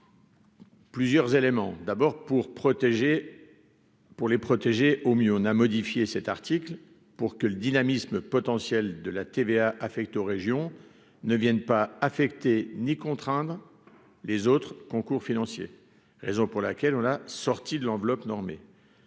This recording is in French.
Plusieurs éléments, d'abord pour protéger, pour les protéger au mieux, on a modifié cet article pour que le dynamisme potentiel de la TVA affectée aux régions ne viennent pas affecté ni contraindre les autres concours financiers, raison pour laquelle on la sortie de l'enveloppe normée,